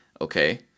Okay